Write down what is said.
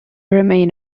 remain